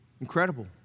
Incredible